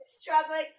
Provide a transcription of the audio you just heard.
struggling